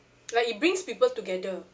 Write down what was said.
like it brings people together